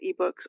ebooks